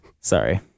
Sorry